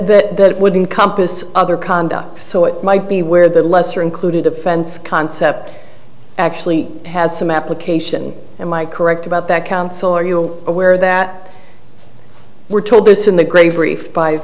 sexual that would encompass other conduct so it might be where the lesser included offense concept actually has some application and my correct about that counsel are you aware that we're told this in the